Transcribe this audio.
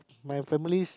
my families